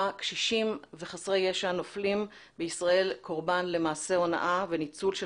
קשישים וחסרי ישע נופלים בישראל קורבן למעשה הונאה וניצול של